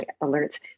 alerts